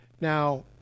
Now